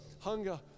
hunger